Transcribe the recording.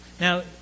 Now